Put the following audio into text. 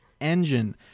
engine